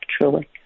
truly